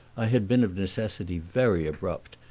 i had been of necessity very abrupt,